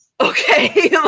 Okay